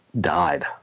died